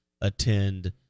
attend